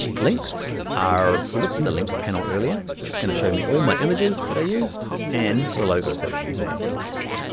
links are, we looked at the links panel earlier. so it's gonna show me all my images that i used, and the logos that we used in this document,